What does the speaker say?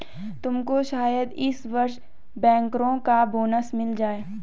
तुमको शायद इस वर्ष बैंकरों का बोनस मिल जाए